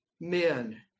men